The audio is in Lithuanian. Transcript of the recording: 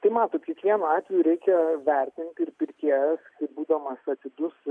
tai matot kiekvienu atveju reikia vertinti ir pirkėjas būdamas atidus